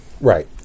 Right